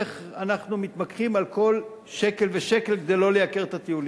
איך אנחנו מתמקחים על כל שקל ושקל כדי שלא לייקר את הטיולים.